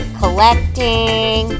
collecting